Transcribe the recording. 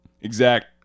exact